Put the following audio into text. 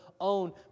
own